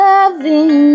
Loving